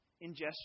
ingestion